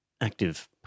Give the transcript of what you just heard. active